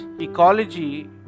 ecology